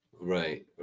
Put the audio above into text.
right